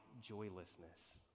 joylessness